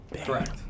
Correct